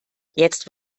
jetzt